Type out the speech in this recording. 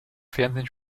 fernsehen